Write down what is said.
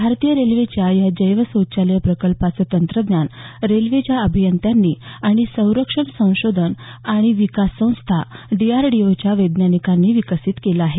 भारतीय रेल्वेच्या या जैव शौचालये प्रकल्पाचं तंत्रज्ञान रेल्वेच्या अभियंत्यांनी आणि संरक्षण संशोधन आणि विकास संस्था डीआरडीओच्या वैज्ञानिकांनी विकसित केलं आहे